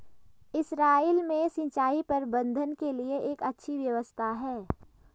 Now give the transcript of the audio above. Israel में सिंचाई प्रबंधन के लिए एक अच्छी व्यवस्था है